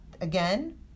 again